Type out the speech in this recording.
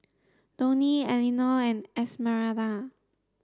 Donie Elinor and Esmeralda